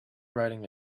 writing